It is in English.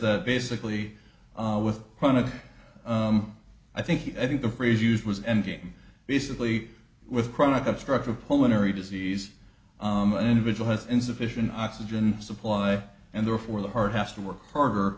that basically with one of i think i think the phrase used was ending basically with chronic obstructive pulmonary disease an individual has insufficient oxygen supply and therefore the heart has to work harder